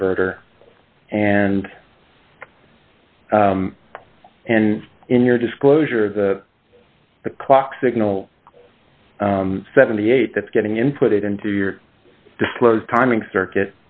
converter and and in your disclosure of the clock signal seventy eight that's getting input into your disclosed timing circuit